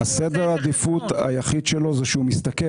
סדר העדיפות היחיד שלו הוא שהוא מסתכל